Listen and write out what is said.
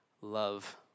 love